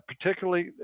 particularly